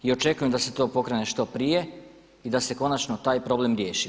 I očekujem da se to pokrene što prije i da se konačno taj problem riješi.